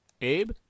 Abe